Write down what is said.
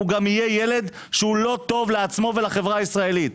גם יהיה ילד שיהיה לא טוב לעצמו ולחברה הישראלית.